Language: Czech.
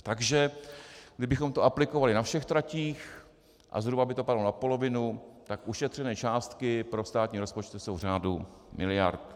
Takže kdybychom to aplikovali na všech tratích a zhruba by to padlo na polovinu, tak ušetřené částky pro státní rozpočet jsou v řádu miliard.